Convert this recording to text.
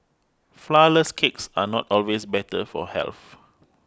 Flourless Cakes are not always better for health